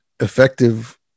effective